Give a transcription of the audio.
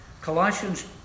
Colossians